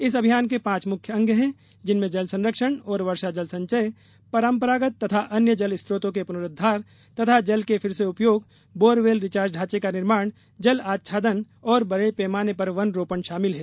इस अभियान के पांच मुख्य अंग हैं जिनमें जल संरक्षण और वर्षा जल संचय परम्परागत तथा अन्य जल स्रोतों के पुनरोद्वार तथा जल के फिर से उपयोग बोरवेल रिचार्ज ढांचे का निर्माण जल अच्छादन और बड़े पैमाने पर वन रोपण शामिल हैं